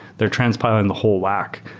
they're transpiling the whole lack.